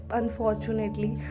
unfortunately